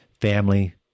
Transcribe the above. family